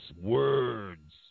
words